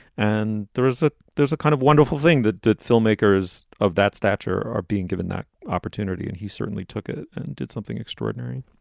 and there is a there's a kind of wonderful thing that the filmmakers of that stature are being given that opportunity. and he certainly took it and did something extraordinary